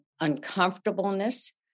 uncomfortableness